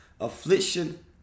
Affliction